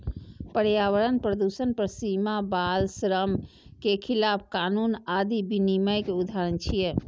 पर्यावरण प्रदूषण पर सीमा, बाल श्रम के खिलाफ कानून आदि विनियम के उदाहरण छियै